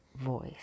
voice